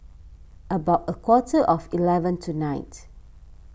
about a quarter to eleven tonight